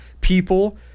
people